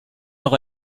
noch